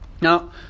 Now